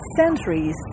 centuries